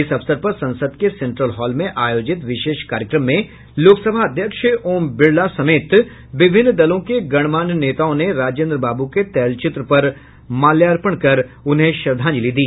इस अवसर पर संसद के सेंट्रल हॉल में आयोजित विशेष कार्यक्रम में लोकसभा अध्यक्ष ओम बिड़ला समेत विभिन्न दलों के गणमान्य नेताओं ने राजेन्द्र बाबू के तैलचित्र पर माल्यार्पण कर उन्हें श्रद्धांजलि दी